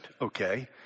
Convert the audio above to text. Okay